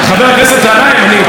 באחד מן העיתונים,